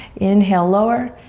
inhale lower,